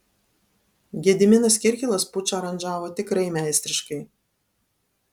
gediminas kirkilas pučą aranžavo tikrai meistriškai